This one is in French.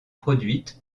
produite